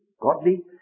godly